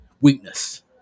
weakness